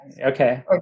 Okay